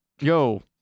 yo